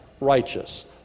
Righteous